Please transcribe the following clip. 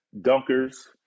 dunkers